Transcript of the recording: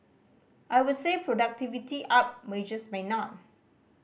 I would say productivity up wages may not